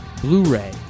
Blu-ray